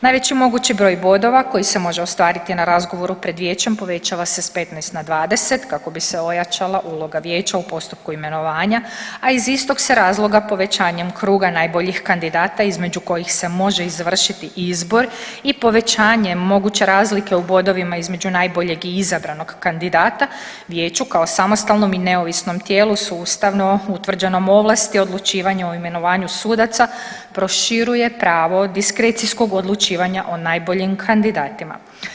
Najveći mogući broj bodova koji se može ostvariti na razgovoru pred vijećem povećava se s 15 na 20 kako bi se ojačala uloga vijeća u postupku imenovanja, a iz istog se razloga povećanjem kruga najboljih kandidata između kojih se može izvršiti izbor i povećanjem moguće razlike u bodovima između najboljeg i izabranog kandidata vijeću kao samostalnom i neovisnom tijelu sustavno utvrđenom ovlasti odlučivanje o imenovanju sudaca proširuje pravo diskrecijskog odlučivanja o najboljim kandidatima.